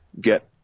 get